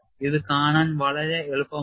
ഇത് കാണാൻ വളരെ എളുപ്പമാണ്